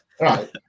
right